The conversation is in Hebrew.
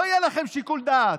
לא יהיה לכם שיקול דעת.